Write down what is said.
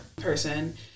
person